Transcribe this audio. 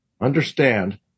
Understand